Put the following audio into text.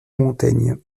montaigne